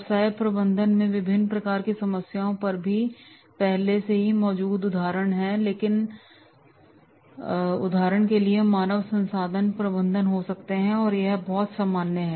व्यवसाय प्रबंधन में विभिन्न प्रकार की समस्याओं पर पहले से मौजूद मामले उदाहरण के लिए मानव संसाधन प्रबंधन हो सकते हैं और यह बहुत सामान्य है